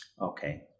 Okay